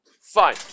Fine